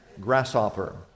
Grasshopper